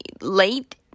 late